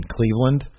Cleveland